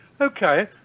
okay